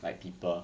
like people